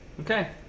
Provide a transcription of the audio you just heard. Okay